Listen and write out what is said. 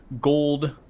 gold